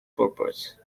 purpose